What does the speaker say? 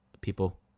People